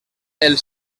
els